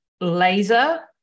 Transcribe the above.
laser